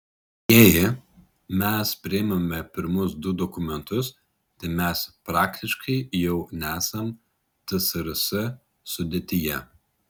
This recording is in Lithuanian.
jei mes priimame pirmus du dokumentus tai mes praktiškai jau nesam tsrs sudėtyje